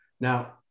Now